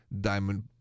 diamond